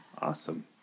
Awesome